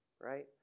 right